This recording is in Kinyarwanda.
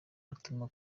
atuma